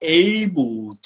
able